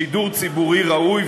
שידור ציבורי ראוי.